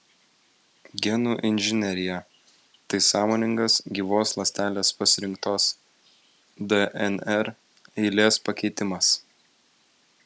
genų inžinerija tai sąmoningas gyvos ląstelės pasirinktos dnr eilės pakeitimas